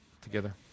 together